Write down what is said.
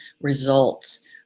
results